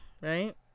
right